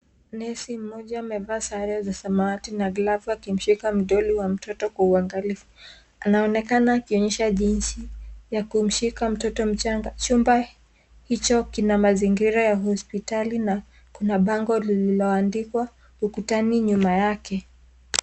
Nesi mmoja amevaa sare za samawati na glavu akimshika mdoli wa mtoto kwa uangalifu. Anaonekana akionyesha jinsi ya kumshika mtoto mchanga. Chumba hicho kina mazingira ya hospitali na kuna bango lililoandikwa ukutani nyuma yake.